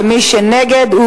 ומי שנגד,